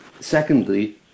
secondly